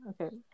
Okay